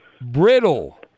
Brittle